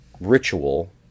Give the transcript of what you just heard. ritual